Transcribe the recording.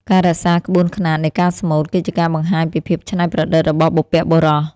ការរក្សាក្បួនខ្នាតនៃការស្មូត គឺជាការបង្ហាញពីភាពច្នៃប្រឌិតរបស់បុព្វបុរស។